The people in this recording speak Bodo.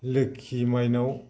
लोखि माइनाव